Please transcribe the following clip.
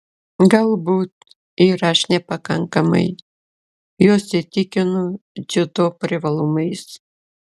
galbūt ir aš nepakankamai juos įtikinu dziudo privalumais